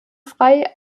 frei